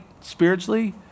spiritually